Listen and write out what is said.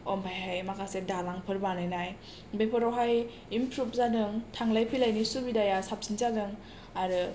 ओमफ्रायहाय माखासे दालांफोर बानायनाय बेफोरावहाय इम्प्रुभ जादों थांलाय फैलायनि सुबिदाया साबसिन जादों आरो